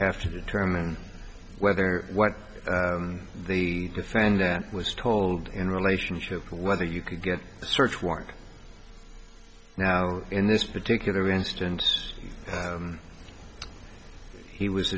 have to determine whether what the defendant was told in relationship to whether you can get a search warrant now in this particular instance he was